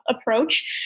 approach